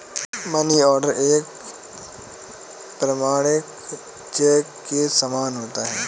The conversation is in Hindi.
मनीआर्डर एक प्रमाणिक चेक के समान होता है